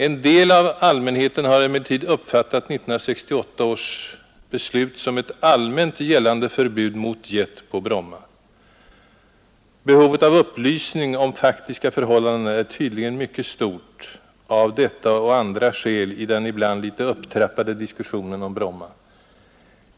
En del av allmänheten har emellertid uppfattat 1968 års beslut som ett allmänt gällande förbud mot jet på Bromma. Behovet av upplysning om faktiska förhållanden är tydligen mycket stort, av detta och andra skäl, i den ibland något upptrappade diskussionen om Bromma.